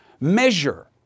measure